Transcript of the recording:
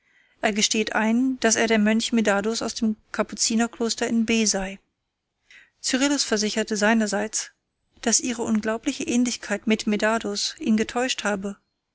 er gesteht ein daß er der mönch medardus aus dem kapuzinerkloster in b sei cyrillus versicherte seinerseits daß ihre unglaubliche ähnlichkeit mit medardus ihn getäuscht habe